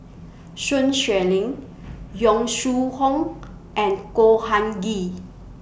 Sun Xueling Yong Shu Hoong and Khor Han Ghee